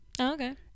okay